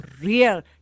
real